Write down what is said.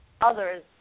others